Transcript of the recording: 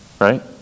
Right